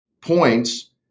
points